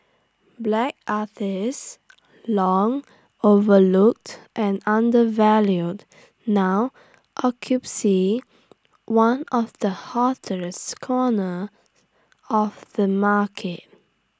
black artists long overlooked and undervalued now one of the hottest corners of the market